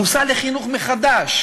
מושא לחינוך מחדש,